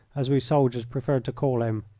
as we soldiers preferred to call him.